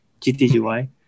GTGY